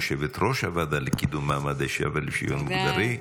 יושבת-ראש הוועדה לקידום מעמד האישה ולשוויון מגדרי.